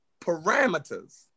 parameters